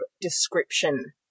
description